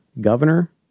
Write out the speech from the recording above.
governor